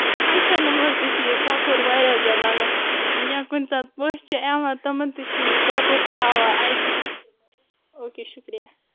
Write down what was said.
فَکشَنَن منٛز تہِ چھِ یہِ کۄکُر واریاہ زیادٕ لگان یا کُنہِ ساتہٕ پٔژھ چھِ یِوان تِمَن تہِ چھِ یہِ کۄکُر تھاوان أتی او کے شُکریہ